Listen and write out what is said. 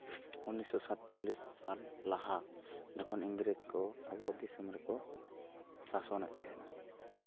ᱩᱱᱤᱥᱚ ᱥᱟᱛᱪᱚᱞᱞᱤᱥ ᱥᱟᱞ ᱞᱟᱦᱟ ᱡᱚᱠᱷᱚᱱ ᱤᱝᱨᱮᱡᱽ ᱠᱚ ᱟᱵᱚ ᱫᱤᱥᱚᱢ ᱨᱮᱠᱚ ᱥᱟᱥᱚᱱᱮᱜ ᱛᱟᱦᱮᱱᱟ